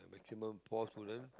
maximum four student